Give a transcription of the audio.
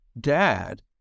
dad